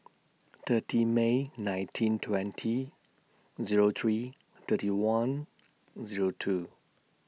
thirty May nineteen twenty Zero three thirty one Zero two